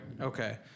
Okay